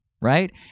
right